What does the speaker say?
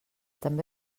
també